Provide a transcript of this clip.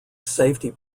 safety